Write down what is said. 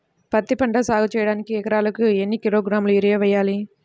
పత్తిపంట సాగు చేయడానికి ఎకరాలకు ఎన్ని కిలోగ్రాముల యూరియా వేయాలి?